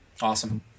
awesome